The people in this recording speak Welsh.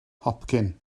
hopcyn